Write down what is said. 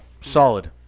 Solid